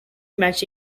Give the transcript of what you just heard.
match